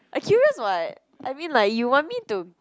I curious [what] I mean like you want me to